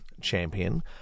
champion